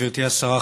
גברתי השרה,